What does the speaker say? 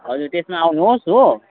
हजुर त्यसमा आउनुहोस् हो